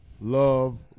Love